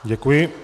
Děkuji.